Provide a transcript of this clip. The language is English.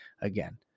again